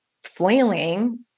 Flailing